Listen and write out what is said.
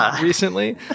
recently